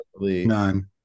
None